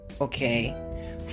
okay